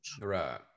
Right